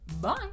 Bye